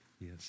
Yes